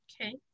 Okay